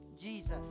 Jesus